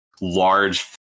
large